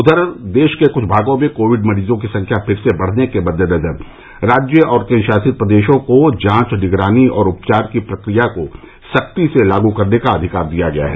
उधर देश के कुछ भागों में कोविड मरीजों की संख्या फिर से बढ़ने के मद्देनजर राज्य और केन्द्रशासित प्रदेशों को जांच निगरानी और उपचार की प्रक्रिया को सख्ती से लागू करने का अधिकार दिया गया है